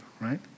right